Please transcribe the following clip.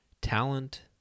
talent